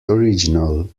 original